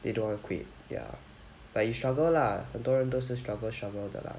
they don't want to quit ya but they struggle lah 很多人都是 struggle struggle 的 lah